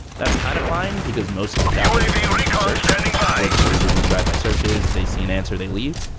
that's kind of fine, because most of your traffic is coming from search. search. people are just sort of doing these drive-by searches. they see an answer, they leave.